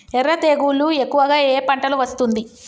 ఎర్ర తెగులు ఎక్కువగా ఏ పంటలో వస్తుంది?